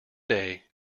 day